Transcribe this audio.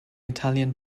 italian